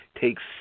takes